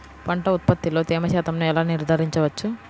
పంటల ఉత్పత్తిలో తేమ శాతంను ఎలా నిర్ధారించవచ్చు?